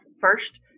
first